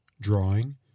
drawing